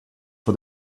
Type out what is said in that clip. for